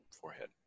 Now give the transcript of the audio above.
forehead